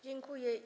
Dziękuję.